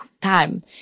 time